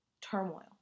turmoil